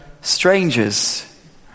strangers